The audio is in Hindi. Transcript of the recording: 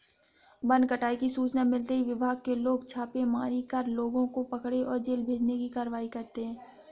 वन कटाई की सूचना मिलते ही विभाग के लोग छापेमारी कर लोगों को पकड़े और जेल भेजने की कारवाई करते है